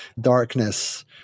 darkness